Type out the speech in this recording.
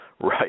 right